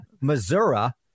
Missouri